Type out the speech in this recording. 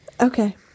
okay